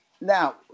Now